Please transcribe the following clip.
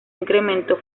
incrementó